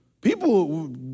People